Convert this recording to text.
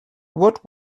what